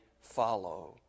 follow